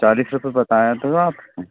चालीस रुपए बताया तो आपको